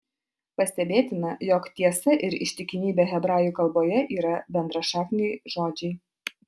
pastebėtina jog tiesa ir ištikimybė hebrajų kalboje yra bendrašakniai žodžiai